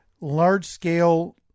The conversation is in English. large-scale